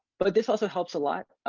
but this also helps a lot.